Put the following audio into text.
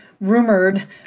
rumored